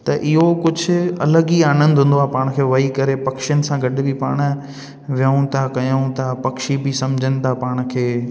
त इहो कुझु अलॻि ई आनंद हूंदो आहे पाण खे वेही करे पक्षियुनि सां गॾिजी पाण विहूं था कयूं था पक्षी बि सम्झनि था पाण खे